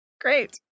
Great